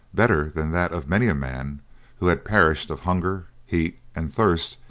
better than that of many a man who had perished of hunger, heat, and thirst,